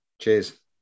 Cheers